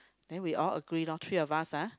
then we all agree lor three of us ah